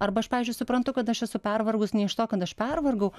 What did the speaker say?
arba aš pavyzdžiui suprantu kad aš esu pervargus ne iš to kad aš pervargau